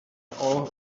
all